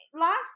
last